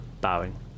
bowing